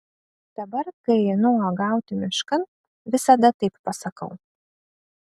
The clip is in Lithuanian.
dabar kai einu uogauti miškan visada taip pasakau